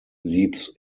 leaps